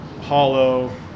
hollow